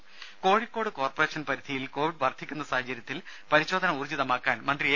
രുമ കോഴിക്കോട് കോർപ്പറേഷൻ പരിധിയിൽ കോവിഡ് വർധിക്കുന്ന സാഹചര്യത്തിൽ പരിശോധന ഊർജ്ജിതമാക്കാൻ മന്ത്രി എ